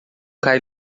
cai